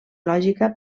lògica